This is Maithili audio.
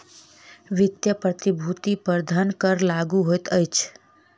वित्तीय प्रतिभूति पर धन कर लागू होइत अछि